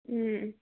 ಹ್ಞೂ